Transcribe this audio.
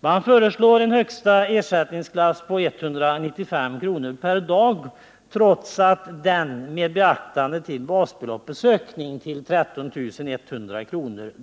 Man föreslår en högsta ersättning från erkänd arbetslöshetskassa på 195 kr. per dag, trots att den med hänsyn till basbeloppets ökning till 13 100 kr.